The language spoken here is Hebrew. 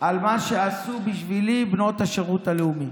על מה שעשו בשבילי בנות השירות הלאומי.